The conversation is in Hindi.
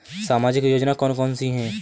सामाजिक योजना कौन कौन सी हैं?